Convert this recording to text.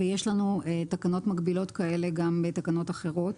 יש לנו תקנות מקבילות כאלה גם בתקנות אחרות.